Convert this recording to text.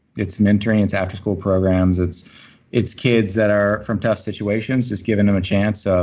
it's mentoring. it's afterschool programs. it's it's kids that are from tough situations, just giving them a chance. ah